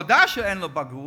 הוא הודה שאין לו בגרות,